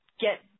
get